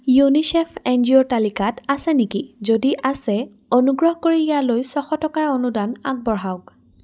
UNICEF এনজিঅ'ৰ তালিকাত আছে নেকি যদি আছে অনুগ্ৰহ কৰি ইয়ালৈ ছয়শ টকাৰ অনুদান আগবঢ়াওক